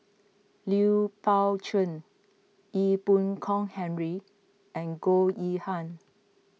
Lui Pao Chuen Ee Boon Kong Henry and Goh Yihan